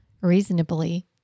reasonably